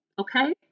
Okay